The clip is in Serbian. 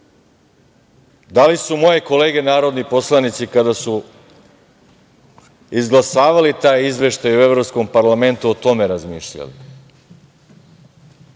li su moje kolege narodni poslanici, kada su izglasavali taj izveštaj Evropskog parlamenta o tome razmišljali?